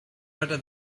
better